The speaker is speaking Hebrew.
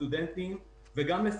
הסיוע מתמקד בשלושה מרכיבים עיקריים.